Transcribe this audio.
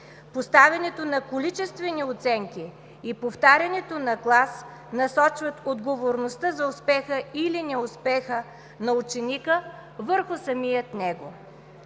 Поставянето на количествени оценки и повтарянето на клас насочват отговорността за успеха или неуспеха на ученика върху самият нещо.